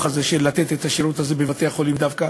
הזה אם לתת את השירות הזה בבתי-החולים דווקא